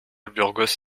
burgos